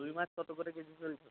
রুই মাছ কত করে কেজি চলছে